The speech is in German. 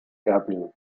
erbil